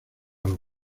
los